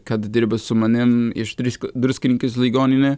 kad dirba su manim išt drisko druskininkais ligoninė